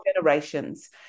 generations